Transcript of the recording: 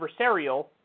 adversarial